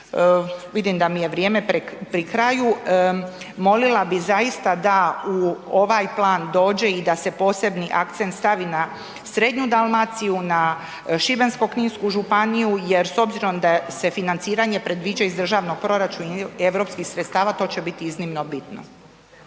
Vidim da mi je vrijeme pri kraju, molila bih zaista da u ovaj plan dođe i da se posebni akcent stavi na srednju Dalmaciju, na Šibensko-kninsku županiju jer s obzirom da se financiranje predviđa iz državnog proračuna i europskih sredstava, to će biti iznimno bitno.